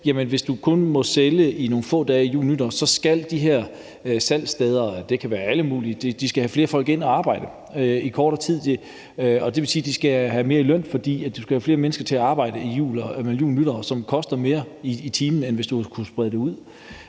hvis du kun må sælge det nogle få dage mellem jul og nytår, skal de her salgssteder – det kan være alle mulige – have flere folk ind at arbejde i kortere tid. Det vil sige, at de skal have mere i løn, for hvis du skal have flere mennesker til at arbejde mellem jul og nytår, koster det mere i timen, end hvis du kunne brede salget ud.